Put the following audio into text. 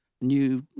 new